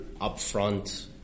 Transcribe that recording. upfront